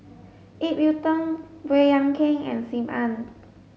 Ip Yiu Tung Baey Yam Keng and Sim Ann